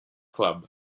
club